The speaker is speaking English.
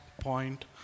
point